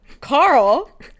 Carl